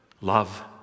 Love